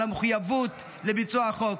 על המחויבות לביצוע החוק,